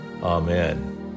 Amen